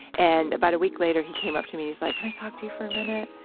and about a week later, he came up to me. he's like, can i talk to you for a minute?